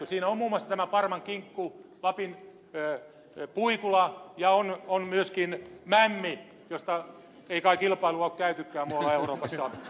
siinä ovat muun muassa tämä parmankinkku lapin puikula ja on myöskin mämmi josta ei kai kilpailua ole käytykään muualla euroopassa